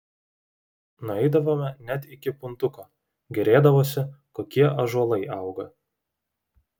nueidavome net iki puntuko gėrėdavosi kokie ąžuolai auga